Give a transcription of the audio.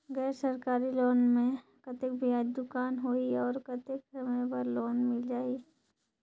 गैर सरकारी लोन मे कतेक ब्याज चुकाना होही और कतेक समय बर लोन मिल जाहि?